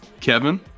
Kevin